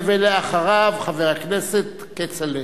אחריו, חבר הכנסת כצל'ה,